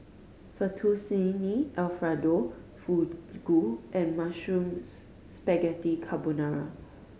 Fettuccine Alfredo Fugu and Mushroom Spaghetti Carbonara